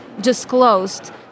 disclosed